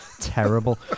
Terrible